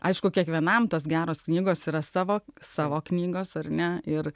aišku kiekvienam tos geros knygos yra savo savo knygos ar ne ir